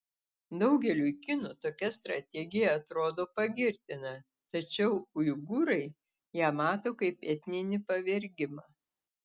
daugeliui kinų tokia strategija atrodo pagirtina tačiau uigūrai ją mato kaip etninį pavergimą